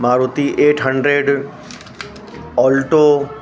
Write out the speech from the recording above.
Maruti eight hundred Alto